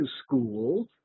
school